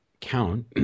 count